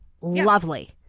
lovely